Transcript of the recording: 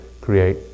create